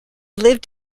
lived